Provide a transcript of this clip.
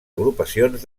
agrupacions